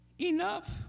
enough